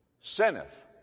sinneth